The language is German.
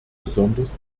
besonders